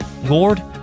Lord